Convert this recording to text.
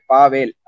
Pavel